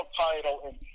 title